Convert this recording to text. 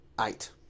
eight